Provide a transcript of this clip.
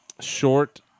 short